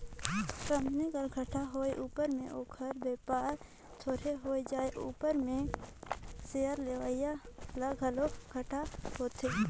company कर घाटा होए उपर में ओकर बयपार थोरहें होए उपर में सेयर लेवईया ल घलो घाटा होथे